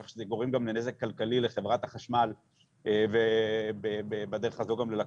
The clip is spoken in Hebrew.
כך שזה גורם גם לנזק כלכלי לחברת החשמל ובדרך הזו גם ללקוחות,